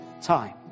time